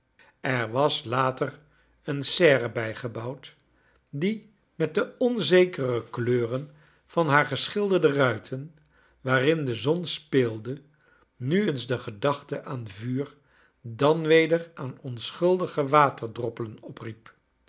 er was later een serre bijgebouwd die met de onzekere kleuren van haar geschilderde ruiten waarin de zon speelde nu eens de gedachte aan vuur dan weder aan onschuldige waterdroppelen opriep